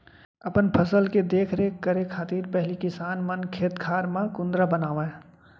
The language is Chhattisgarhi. अपन फसल के देख रेख करे खातिर पहिली किसान मन खेत खार म कुंदरा बनावय